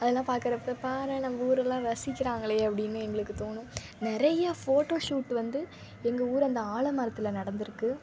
அதெல்லாம் பார்க்குறப்ப பாறேன் நம்ப ஊரெல்லாம் ரசிக்கிறாங்களே அப்படினு எங்களுக்கு தோணும் நிறைய ஃபோட்டோஷூட் வந்து எங்கள் ஊர் அந்த ஆலமரத்தில் நடந்திருக்கு